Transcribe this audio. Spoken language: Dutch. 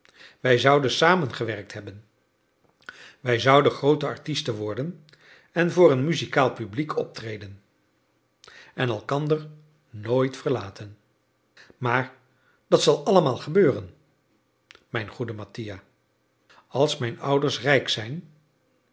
wij zouden samen gewerkt hebben wij zouden groote artisten worden en voor een muzikaal publiek optreden en elkander nooit verlaten maar dat zal allemaal gebeuren mijn goede mattia als mijn ouders rijk zijn